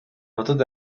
хотод